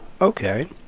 Okay